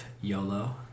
YOLO